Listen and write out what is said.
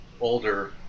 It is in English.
older